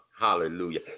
Hallelujah